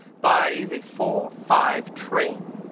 by the four-five train.